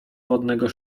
wodnego